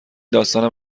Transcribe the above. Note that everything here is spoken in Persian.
داستان